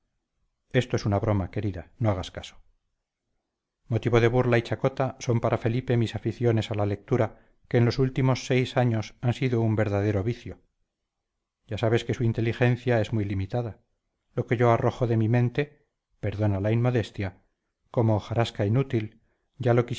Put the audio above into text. esto es una broma querida no hagas caso motivo de burla y chacota son para felipe mis aficiones a la lectura que en los últimos seis años han sido un verdadero vicio ya sabes que su inteligencia es muy limitada lo que yo arrojo de mi mente perdona la inmodestia como hojarasca inútil ya lo